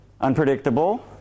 Unpredictable